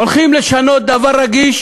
הולכים לשנות דבר רגיש